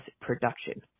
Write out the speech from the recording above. production